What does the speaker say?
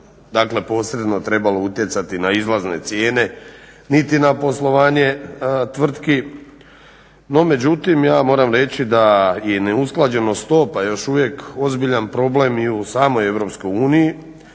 ne bi posredno trebalo utjecati na izlazne cijene niti na poslovanje tvrtki. No međutim ja moram reći da je neusklađenost to pa još uvijek ozbiljan problem i u samoj EU a primanjem